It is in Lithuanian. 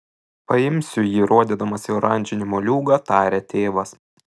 paimsiu jį rodydamas į oranžinį moliūgą tarė tėvas